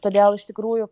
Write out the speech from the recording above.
todėl iš tikrųjų